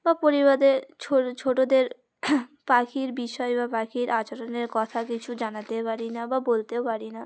বা পরিবারে ছো ছোটোদের পাখির বিষয় বা পাখির আচরণের কথা কিছু জানাতে পারি না বা বলতেও পারি না